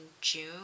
June